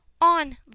On